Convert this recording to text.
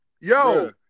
Yo